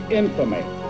infamy